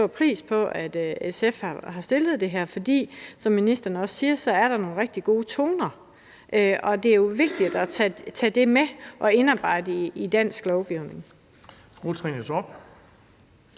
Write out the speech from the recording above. pris på, at SF har fremsat det her forslag, for som ministeren også siger, er der er nogle rigtig gode takter i det, og det er jo vigtigt at tage det med og indarbejde det i dansk lovgivning.